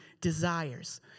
desires